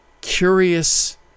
curious